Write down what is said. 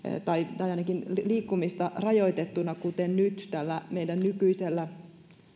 tai ainakin liikkumista rajoitettuna kuten nyt tällä meidän nykyisellä